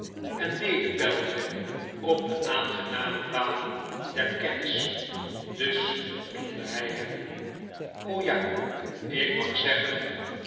en mede pelgrim op de aangename banen der kennis dus noemde hij hem ja ik mag zeggen